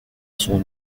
son